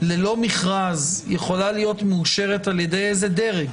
ללא מכרז יכולה להיות מאושרת על ידי איזה דרג?